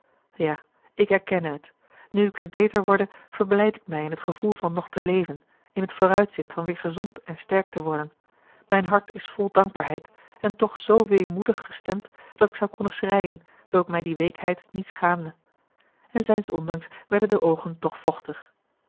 ja ik erkenne het nu ik weêr beter worde verblijd ik mij in het gevoel van nog te leven in het vooruitzicht van weêr gezond en sterk te worden mijn hart is vol dankbaarheid en toch zoo weemoedig gestemd dat ik zou konnen schreien zoo ik mij die weekheid niet schaamde en zijns ondanks werden de oogen toch vochtig